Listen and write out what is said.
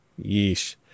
yeesh